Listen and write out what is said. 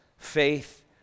Faith